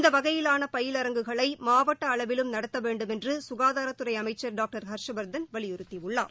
இந்தவகையிலானபயிலரங்குகளைமாவட்டஅளவிலும் நடத்தவேண்டுமென்றுககாதாரத்துறைஅமைச்சர் டாக்டர் ஹர்ஷவர்தன் வலியுறுத்தியுள்ளார்